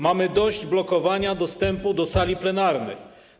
Mamy dość blokowania dostępu do sali plenarnej.